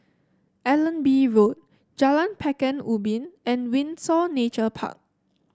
Allenby Road Jalan Pekan Ubin and Windsor Nature Park